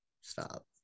Stop